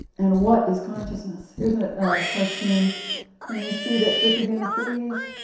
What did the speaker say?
and what is consciousness? here's a cartoon can we see that trick again, please?